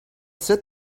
sit